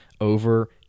over